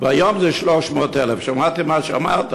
הוא 300,000. שמעתי מה שאמרת,